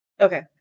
okay